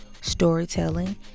storytelling